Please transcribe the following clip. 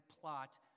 plot